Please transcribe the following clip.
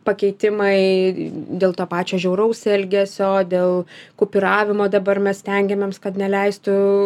pakeitimai dėl to pačio žiauraus elgesio dėl kupiravimo dabar mes stengiamėms kad neleistų